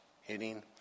hitting